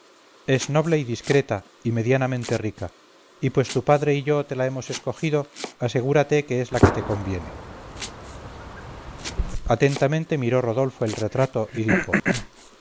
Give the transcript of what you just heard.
es noble y discreta y medianamente rica y pues tu padre y yo te la hemos escogido asegúrate que es la que te conviene atentamente miró rodolfo el retrato y dijo